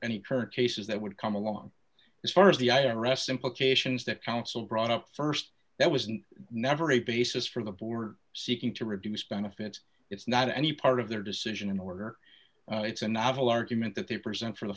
any current cases that would come along as far as the i r s implications that council brought up st that wasn't never a basis for the board seeking to reduce benefits it's not any part of their decision in order it's a novel argument that they present for the